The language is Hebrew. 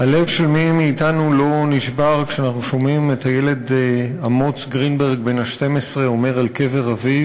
הלב של מי מאתנו לא נשבר כשאנחנו שומעים את הילד בן ה-12 של אמוץ